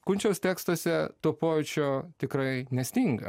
kunčiaus tekstuose to pojūčio tikrai nestinga